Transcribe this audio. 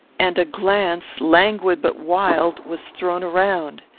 and a glance, languid but wild, was thrown around.